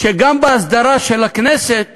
שגם בהסדרה של הכנסת